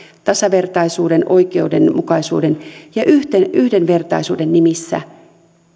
tasavertaisuuden oikeudenmukaisuuden ja yhdenvertaisuuden nimissä